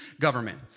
government